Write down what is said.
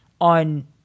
on